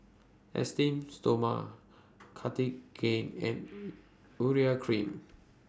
Esteem Stoma Cartigain and Urea Cream